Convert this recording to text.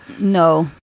No